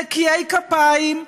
נקיי כפיים,